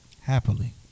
Happily